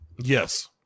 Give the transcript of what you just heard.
Yes